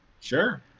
Sure